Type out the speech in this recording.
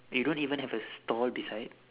you don't even have a store beside